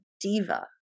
diva